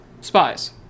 spies